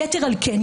יתר על כן,